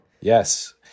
yes